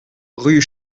rue